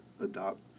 adopt